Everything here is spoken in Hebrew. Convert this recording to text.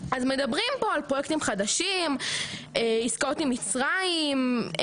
מדברים פה על פרויקטים חדשים, עסקאות עם מצרים.